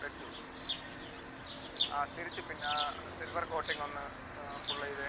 വെച്ചു ആ തിരിച്ച് പിന്നെ സിൽവർ കോട്ടിംഗ് ഒന്ന് പുള്ള് ചെയ്തേ